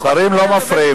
שרים לא מפריעים,